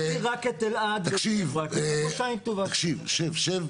תקשיב שב שב,